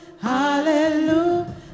hallelujah